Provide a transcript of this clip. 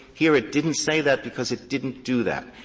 here, it didn't say that because it didn't do that.